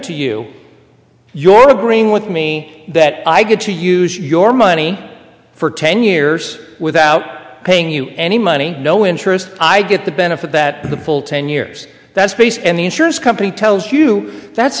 to you your agreeing with me that i get to use your money for ten years without paying you any money no interest i get the benefit that the full ten years that's based and the insurance company tells you that's